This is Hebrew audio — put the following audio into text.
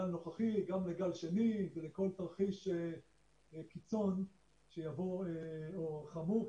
נוכחי וגם לגל שני ולכל תרחיש חמור קיצון שיבוא בהמשך.